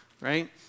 Right